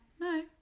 no